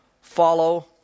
follow